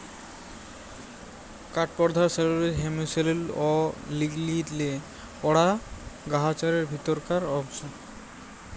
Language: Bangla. কাঠ পরধালত সেলুলস, হেমিসেলুলস অ লিগলিলে গড়া গাহাচের ভিতরকার অংশ